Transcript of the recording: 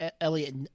Elliot